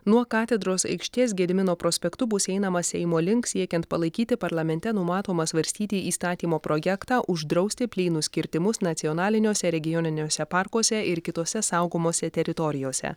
nuo katedros aikštės gedimino prospektu bus einama seimo link siekiant palaikyti parlamente numatomą svarstyti įstatymo projektą uždrausti plynus kirtimus nacionaliniuose regioniniuose parkuose ir kitose saugomose teritorijose